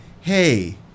Hey